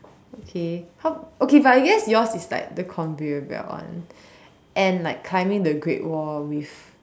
okay how okay but I guess yours is like the conveyor belt one and like climbing the great wall with